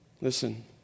Listen